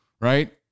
Right